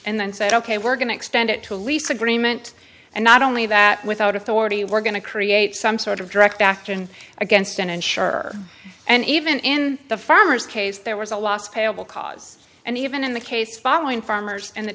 and then said ok we're going to extend it to a lease agreement and not only that without authority we're going to create some sort of direct action against an insurer and even in the farmers case there was a loss payable cause and even in the case following farmers and the